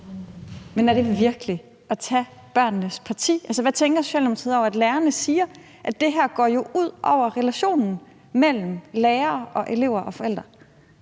Er det virkelig at tage børnenes parti? Altså, hvad tænker Socialdemokratiet om, at lærerne siger, at det her går ud over relationen mellem lærere og elever og forældre?